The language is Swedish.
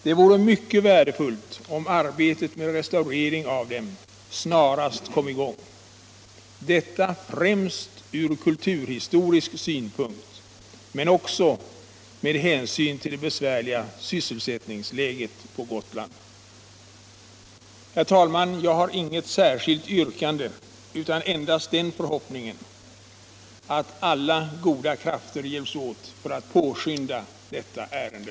Det vore mycket värdefullt om arbetet med restaurering av dem snarast kom i gång, detta främst ur kulturhistorisk synpunkt men också med hänsyn till det besvärliga sysselsättningsläget på Gotland. Herr talman! Jag har inget särskilt yrkande, utan uttalar endast den förhoppningen att alla goda krafter hjälps åt för att påskynda detta ärende.